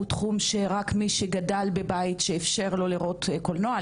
הוא תחום שרק מי שגדל בבית שאיפשר לו לראות קולנוע,